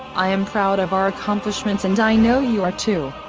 i am proud of our accomplishments and i know you are too.